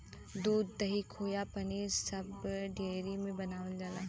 दूध, दही, खोवा पनीर सब डेयरी में बनावल जाला